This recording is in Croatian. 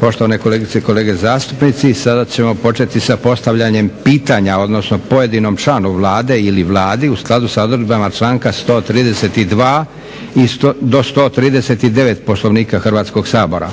Poštovane kolegice i kolege zastupnici sada ćemo početi sa postavljanjem pitanja, odnosno pojedinom članu Vlade ili Vladi u skladu sa odredbama članka 132. do 139. Poslovnika Hrvatskog sabora.